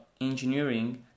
engineering